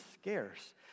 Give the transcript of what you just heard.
scarce